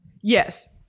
Yes